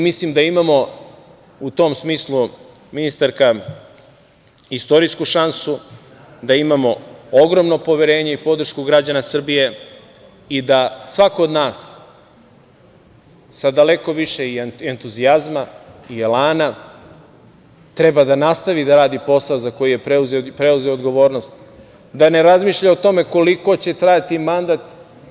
Mislim da imamo u tom smislu, ministarka istorijsku šansu, da imam ogromno poverenje i podršku građana Srbije i da svako od nas sa daleko više i entuzijazma i elana treba da nastavi da radi posao za koji je preuzeo odgovornost, da ne razmišlja o tome koliko će trajati mandata.